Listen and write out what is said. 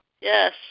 Yes